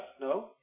No